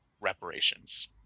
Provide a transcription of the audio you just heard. reparations